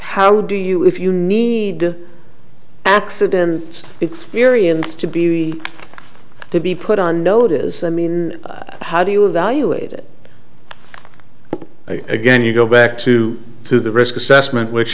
how do you if you need the accidents experience to be to be put on notice i mean how do you evaluate it again you go back to to the risk assessment which